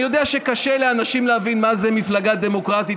אני יודע שקשה לאנשים להבין מה זה מפלגה דמוקרטית,